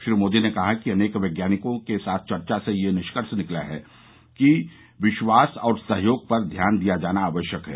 श्री मोदी ने कहा कि अनेक वैज्ञानिकों के साथ चर्चा से यह निष्कर्ष निकला है कि विश्वास और सहयोग पर ध्यान दिया जाना आवश्यक है